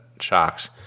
shocks